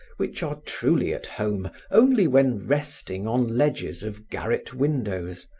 which are truly at home only when resting on ledges of garret windows,